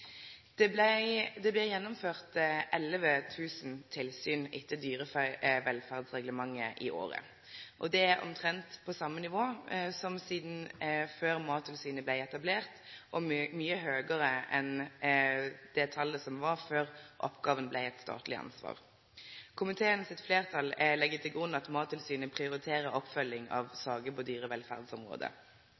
Det blir gjennomført 11 000 tilsyn etter dyrevelferdsreglementet i året. Det er omtrent på same nivå som før Mattilsynet blei etablert, og eit mykje høgare tal enn før oppgåva blei eit statleg ansvar. Komiteens fleirtal legg til grunn at Mattilsynet prioriterer oppfølging av saker på